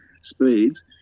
speeds